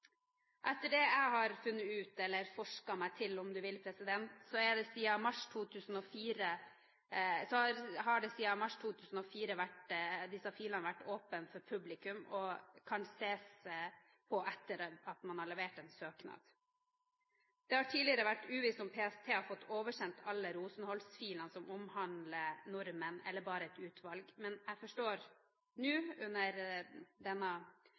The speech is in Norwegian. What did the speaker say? Etter det jeg har funnet ut, eller forsket meg til – om man vil – har disse filene siden mars 2004 vært åpne for publikum og kan ses på etter at man har levert en søknad. Det har tidligere vært uvisst om PST har fått oversendt alle Rosenholz-filer som omhandler nordmenn, eller bare et utvalg. Men jeg forstår nå, under denne